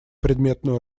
предметную